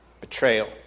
Betrayal